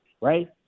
right